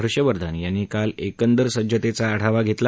हर्षवर्धन यांनी काल एकंदर सज्जतेचा आढावा घेतला